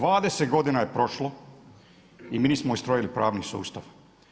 20 godina je prošlo i mi nismo ustrojili pravni sustav.